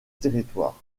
territoire